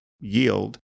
yield